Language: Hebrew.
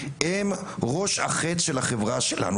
הם ראש החץ של החברה שלנו.